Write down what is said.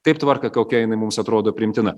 taip tvarką kokia jinai mums atrodo priimtina